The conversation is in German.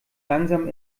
langsam